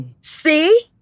See